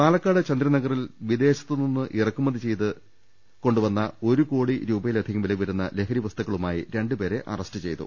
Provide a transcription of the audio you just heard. പാലക്കാട് ചന്ദ്രനഗറിൽ വിദേശത്ത് നിന്നും ഇറക്കുമതി ചെയ്ത ഒരു കോടി രൂപയിലധികം വിലവരുന്ന ലഹരിവസ്തുക്കളുമായി ര ണ്ടു പേരെ അറസ്റ്റ് ചെയ്തു